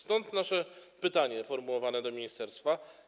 Stąd nasze pytanie formułowane do ministerstwa: